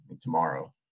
tomorrow